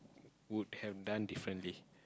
would have done differently